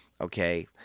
okay